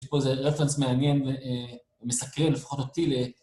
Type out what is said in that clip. יש פה איזה רפרנס מעניין ומסקרן לפחות אותי ל...